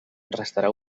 restarà